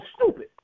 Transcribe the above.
stupid